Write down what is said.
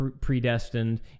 predestined